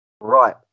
Right